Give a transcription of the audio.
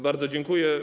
Bardzo dziękuję.